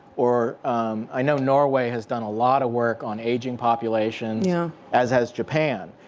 or i know norway has done a lot of work on aging populations? yeah. as has japan.